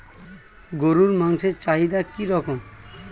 গরুর মাংসের চাহিদা কি রকম?